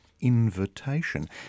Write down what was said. invitation